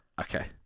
okay